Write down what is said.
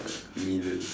millions